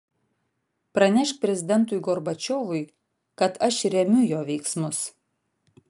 pranešk prezidentui gorbačiovui kad aš remiu jo veiksmus